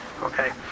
okay